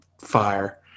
fire